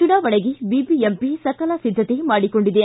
ಚುನಾವಣೆಗೆ ಬಿಬಿಎಂಪಿ ಸಕಲ ಸಿದ್ದತೆ ಮಾಡಿಕೊಂಡಿದೆ